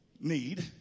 need